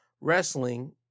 wrestling